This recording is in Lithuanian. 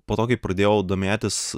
po to kai pradėjau domėtis